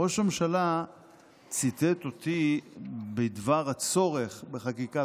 ראש הממשלה ציטט אותי בדבר הצורך בחקיקת